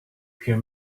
pure